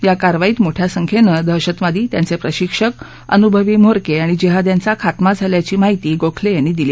या कारवाईत मोठ्या संख्येनं दहशतवादी त्यांचे प्रशिक्षक अनुभवी म्होरके आणि जिहाद्यांचा खात्मा झाल्याची माहिती गोखले यांनी दिली